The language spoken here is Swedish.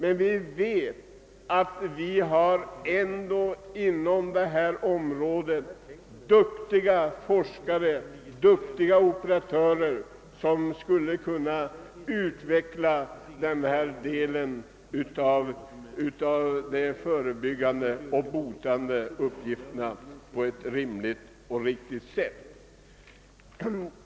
Ändå har vi på detta område duktiga forskare och operatörer, som skulle kunna utveckla denna gren av uppgiften att förebygga och bota.